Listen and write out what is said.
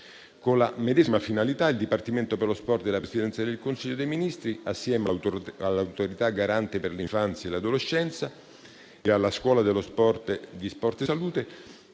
Con la medesima finalità, il Dipartimento per lo sport della Presidenza del Consiglio dei ministri, assieme all'Autorità garante per l'infanzia e l'adolescenza e alla Scuola dello sport - sport e salute